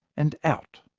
and out.